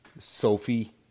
Sophie